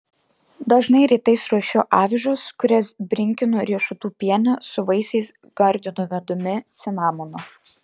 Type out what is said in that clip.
dažnai rytais ruošiu avižas kurias brinkinu riešutų piene su vaisiais gardinu medumi cinamonu